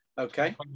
Okay